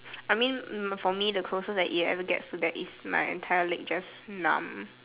I mean for me the closest it ever gets is my entire leg just numb